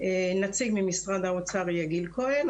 נציג ממשרד האוצר יהיה גיל כהן,